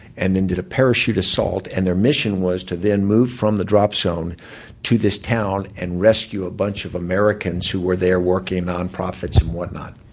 and then did a parachute assault. and their mission was to then move from the drop zone to this town and rescue a bunch of americans who were there working, non-profits and whatnot.